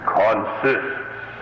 consists